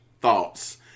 thoughts